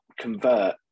convert